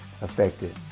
Affected